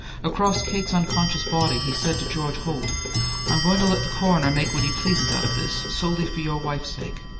across kate's unconscious body he said to george holt i'm going to let the coroner make what he pleases out of this, solely for your wife's sake.